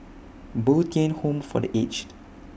Bo Tien Home For The Aged